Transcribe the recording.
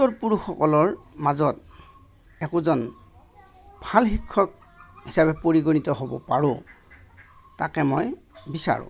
উত্তৰ পুৰুষসকলৰ মাজত একোজন ভাল শিক্ষক হিচাপে পৰিগণিত হ'ব পাৰোঁ তাকে মই বিচাৰোঁ